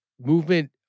movement